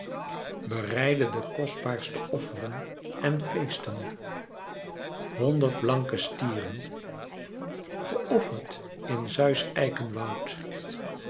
bereidde de kostbaarste offeren en feesten honderd blanke stieren geofferd in zeus eikenwoud